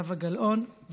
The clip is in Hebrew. כי הגוף והנפש כבר